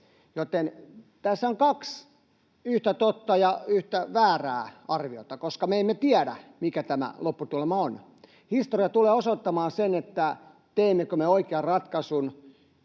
Joten tässä on kaksi yhtä totta ja yhtä väärää arviota, koska me emme tiedä, mikä tämä lopputulema on. Historia tulee osoittamaan sen, teemmekö me oikean ratkaisun